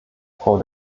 frau